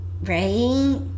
right